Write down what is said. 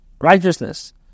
righteousness